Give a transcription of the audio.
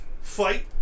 fight